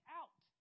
out